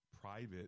private